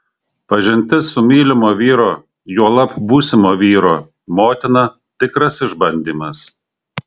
pažintis su mylimo vyro juolab būsimo vyro motina tikras išbandymas